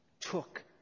took